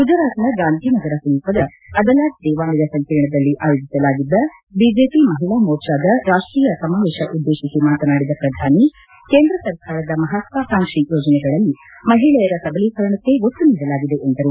ಗುಜರಾತ್ನ ಗಾಂಧಿನಗರ ಸಮೀಪದ ಅದಲಾಜ್ ದೇವಾಲಯ ಸಂಕೀರ್ಣದಲ್ಲಿ ಆಯೋಜಿಸಲಾಗಿದ್ದ ಬಿಜೆಪಿ ಮಹಿಳಾ ಮೋರ್ಚಾದ ರಾಷ್ಷೀಯ ಸಮಾವೇಶ ಉದ್ದೇಶಿಸಿ ಮಾತನಾಡಿದ ಪ್ರಧಾನಿ ಕೇಂದ್ರ ಸರ್ಕಾರದ ಮಹತ್ವಾಕಾಂಕ್ಷಿ ಯೋಜನೆಗಳಲ್ಲಿ ಮಹಿಳೆಯರ ಸಬಲೀಕರಣಕ್ಕೆ ಒತ್ತು ನೀಡಲಾಗಿದೆ ಎಂದರು